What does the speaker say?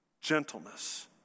gentleness